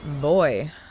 Boy